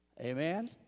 Amen